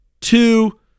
Two